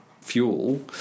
fuel